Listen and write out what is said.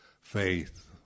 faith